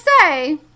say